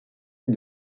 ait